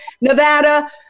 Nevada